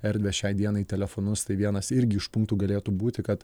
erdvę šiai dienai telefonus tai vienas irgi iš punktų galėtų būti kad